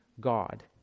God